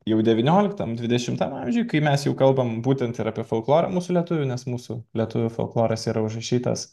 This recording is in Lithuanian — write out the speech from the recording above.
jau devynioliktam dvidešimtam amžiuj kai mes jau kalbame būtent apie folklorą mūsų lietuvių nes mūsų lietuvių folkloras yra užrašytas